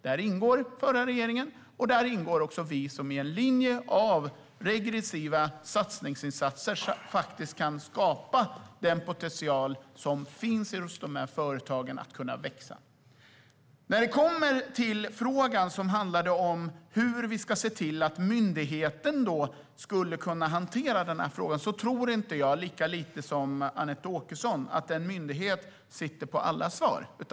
Där ingår den förra regeringen och vår regering som är en linje av regressiva satsningar som kan skapa den potential som finns hos dessa företag att kunna växa. När det kommer till frågan som handlade om hur vi ska se till att myndigheten kan hantera dessa frågor tror inte jag - lika lite som Anette Åkesson - att en myndighet sitter på alla svar.